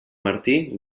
martí